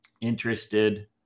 interested